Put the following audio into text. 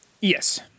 Yes